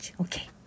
okay